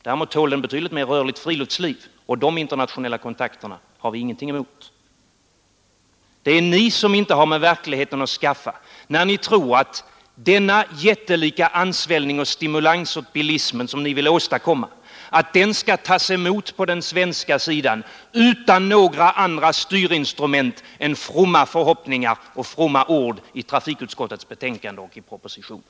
Däremot tål den betydligt mer rörligt friluftsliv och de internationella kontakterna har vi ingenting emot. Det är ni som inte har med verkligheten att skaffa när ni tror att denna jättelika ansvällning av och stimulans åt bilismen, som ni vill åstadkomma, skall tas emot på den svenska sidan utan några andra styrinstrument än fromma förhoppningar och fromma ord i trafikutskottets betänkande och i propositionen.